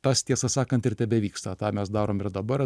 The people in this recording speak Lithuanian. tas tiesą sakant ir tebevyksta tą mes darom ir dabar